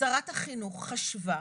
שרת החינוך חשבה,